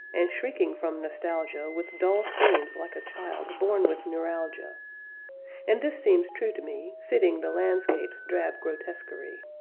and shrieking from nostalgia with dull screams like a child born with neuralgia and this seems true to me, fitting the landscape's drab grotesquery.